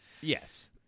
Yes